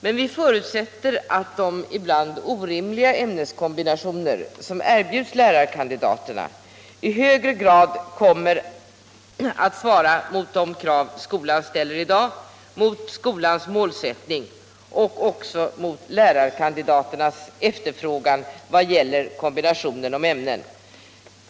Men vi förutsätter att de ibland orimliga ämneskombinationer som erbjuds lärarkandidaterna i högre grad kommer att svara mot de krav skolan ställer i dag, mot skolans målsättning och också mot lärarkandidaternas efterfrågan vad gäller kombinationen av ämnen.